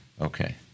Okay